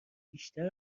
بیشتر